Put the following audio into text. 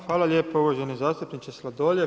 Hvala lijepo uvaženi zastupniče Sladoljev.